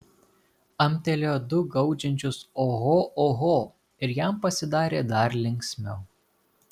amtelėjo du gaudžiančius oho oho ir jam pasidarė dar linksmiau